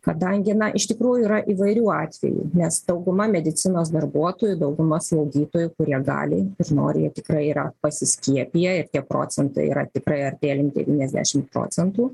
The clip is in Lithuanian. kadangi na iš tikrųjų yra įvairių atvejų nes dauguma medicinos darbuotojų dauguma slaugytojų kurie gali ir nori jie tikrai yra pasiskiepiję ir tie procentai yra tikrai artėja link devyniasdešim procentų